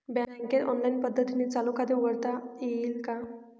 बँकेत ऑनलाईन पद्धतीने चालू खाते उघडता येईल का?